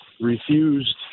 refused